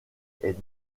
est